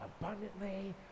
abundantly